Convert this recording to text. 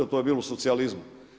To je bilo u socijalizmu.